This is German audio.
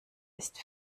ist